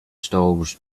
stalls